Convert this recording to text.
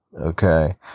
okay